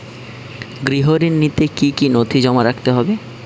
গৃহ ঋণ নিতে কি কি নথি জমা রাখতে হবে?